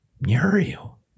Muriel